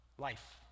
life